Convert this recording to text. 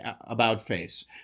about-face